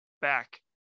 back